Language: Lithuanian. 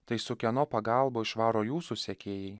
tai su kieno pagalba išvaro jūsų sekėjai